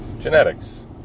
Genetics